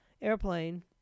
airplane